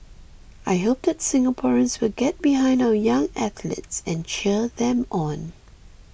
I hope that Singaporeans will get behind our young athletes and cheer them on